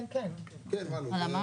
כן, מה לא?